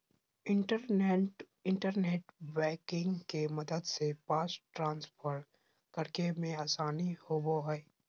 internet banking के मदद से फंड ट्रांसफर करे मे आसानी होवो हय